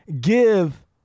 give